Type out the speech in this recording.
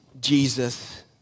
Jesus